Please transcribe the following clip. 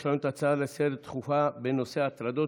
יש לנו הצעות דחופה לסדר-היום בנושא: הטרדות